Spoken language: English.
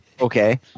okay